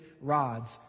rods